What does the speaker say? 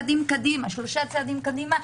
שלושה צעדים קדימה,